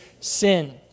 sin